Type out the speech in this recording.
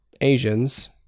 asians